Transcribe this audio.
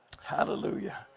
Hallelujah